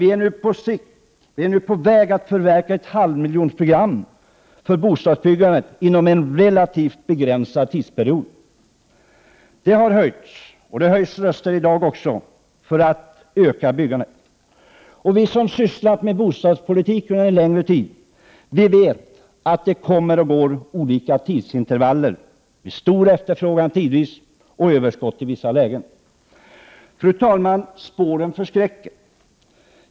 Vi är nu på väg att förverkliga ett halvmiljonprogram för bostadsbyggandet inom en relativt begränsad tidsperiod. Det har höjts och höjs röster i dag också för att man skall öka byggandet. Vi som har sysslat med bostadspolitik under en längre tid vet att det med olika tidsintervaller råder stor efterfrågan och även i vissa lägen överskott. Fru talman! Spåren förskräcker.